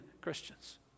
Christians